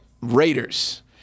Raiders